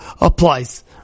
applies